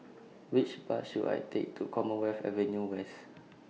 Which Bus should I Take to Commonwealth Avenue West